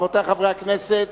רבותי חברי הכנסת,